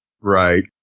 Right